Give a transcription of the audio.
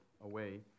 away